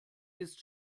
ist